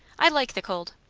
i like the cold.